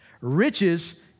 Riches